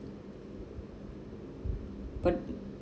but